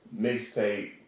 mixtape